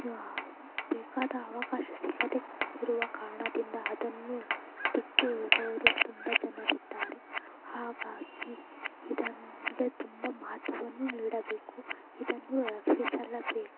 ಬೇಕಾದ ಅವಕಾಶ ಸಿಗದೆ ಇರುವ ಕಾರಣದಿಂದ ಅದನ್ನು ಬಿಟ್ಟು ಹೋಗೋರು ತುಂಬ ಜನರಿದ್ದಾರೆ ಹಾಗಾಗಿ ಇದನ್ಗೆ ತುಂಬ ಮಹತ್ವವನ್ನು ನೀಡಬೇಕು ಇದನ್ನು ರಕ್ಷಿಸಲೇಬೇಕು